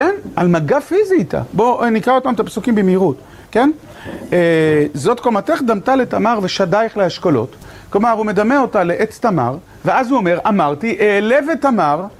אין, על מגב פיזי איתה, בואו נקרא אותם את הפסוקים במהירות, כן? זאת קומטך דמתה לתמר ושדה איך להשקולות, כלומר הוא מדמה אותה לעץ תמר ואז הוא אומר, אמרתי, ל ותמר,